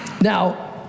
Now